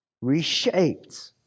reshaped